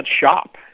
shop